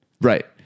Right